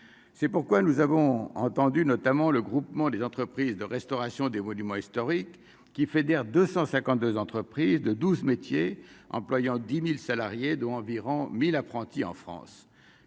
c'est pourquoi nous avons entendu notamment le Groupement des entreprises de restauration des monuments historiques, qui fédère 252 entreprises de 12 métiers employant 10000 salariés dont environ 1000 apprentis en France,